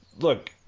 look